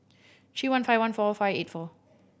three one five one four five eight four